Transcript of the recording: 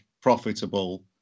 profitable